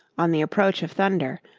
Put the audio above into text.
on the approach of thunder,